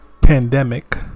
pandemic